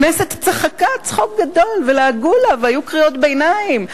הכנסת צחקה צחוק גדול ולעגו לה והיו קריאות ביניים: